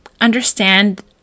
understand